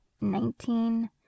nineteen